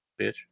bitch